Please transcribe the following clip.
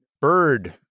bird